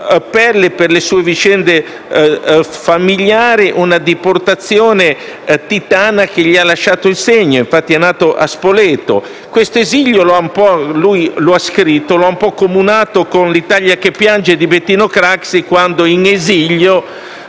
per le sue vicende famigliari, una deportazione titina che gli ha lasciato il segno, infatti è nato a Spalato. Quest'opera «Esilio» che ha scritto lo ha accomunato con «Ecco l'Italia che piange» di Bettino Craxi, quando, in esilio,